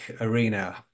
arena